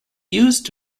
used